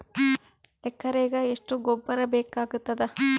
ಎಕರೆಗ ಎಷ್ಟು ಗೊಬ್ಬರ ಬೇಕಾಗತಾದ?